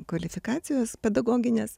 kvalifikacijos pedagoginės